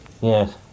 Yes